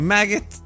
Maggot